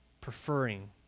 preferring